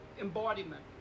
embodiment